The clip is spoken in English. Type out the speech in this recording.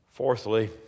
Fourthly